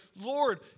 Lord